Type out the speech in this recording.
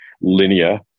linear